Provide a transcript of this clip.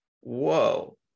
whoa